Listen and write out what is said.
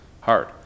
hard